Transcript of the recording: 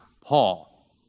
Paul